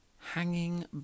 hanging